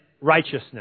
righteousness